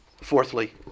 Fourthly